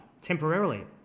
temporarily